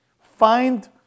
Find